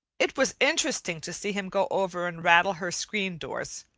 it was interesting to see him go over and rattle her screen doors,